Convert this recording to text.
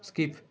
skip